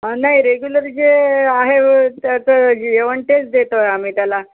नाही रेग्युलर जे आहे व त्याचं जेवण तेच देतो आहे आम्ही त्याला